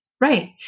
Right